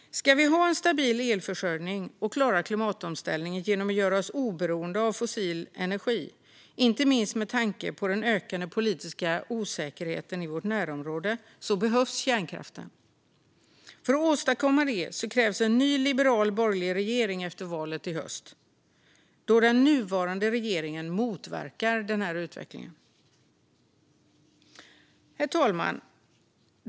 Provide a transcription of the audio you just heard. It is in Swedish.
Ska vi ha en stabil elförsörjning och klara klimatomställningen genom att göra oss oberoende av fossil energi behövs kärnkraften, inte minst med tanke på den ökande politiska osäkerheten i vårt närområde. För att åstadkomma det krävs en ny liberal, borgerlig regering efter valet i höst, då den nuvarande regeringen motverkar den här utvecklingen. Herr talman!